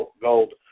gold